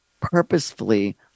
purposefully